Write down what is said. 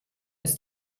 ist